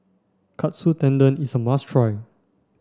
Katsu Tendon is a must try